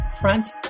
Front